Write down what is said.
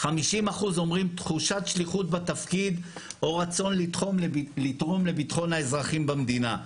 50% אומרים תחושת שליחות בתפקיד או רצון לתרום לביטחון האזרחים במדינה.